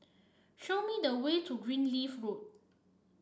show me the way to Greenleaf Road